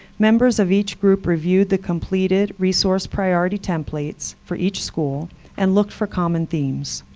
members of each group reviewed the completed resource priority templates for each school and looked for common themes.